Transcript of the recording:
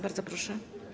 Bardzo proszę.